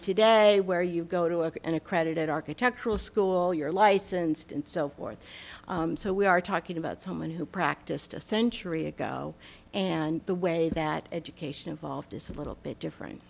today where you go to work an accredited architectural school you're licensed and so forth so we are talking about someone who practiced a century ago and the way that education involved is a little bit different